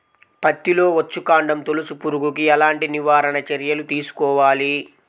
పత్తిలో వచ్చుకాండం తొలుచు పురుగుకి ఎలాంటి నివారణ చర్యలు తీసుకోవాలి?